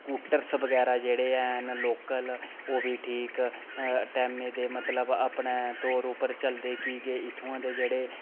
scooters बगैरा जेह्ड़े हैन लोकल ओह् बी ठीक टैमै दे मतलब अपनै तौर उप्पर चलदे की के इत्थुआं दे जेह्ड़े